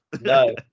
no